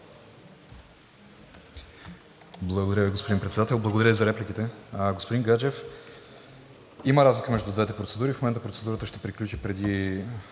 Благодаря, господин Председател. Благодаря и за репликите. Господин Гаджев, има разлика между двете процедури. В момента процедурата ще приключи преди